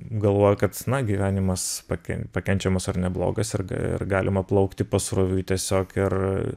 galvoja kad na gyvenimas pake pakenčiamas ar neblogas ir ir galima plaukti pasroviui tiesiog ir